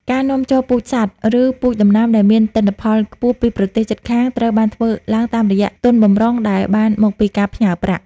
ការនាំចូលពូជសត្វ ឬពូជដំណាំដែលមានទិន្នផលខ្ពស់ពីប្រទេសជិតខាងត្រូវបានធ្វើឡើងតាមរយៈទុនបម្រុងដែលបានមកពីការផ្ញើប្រាក់។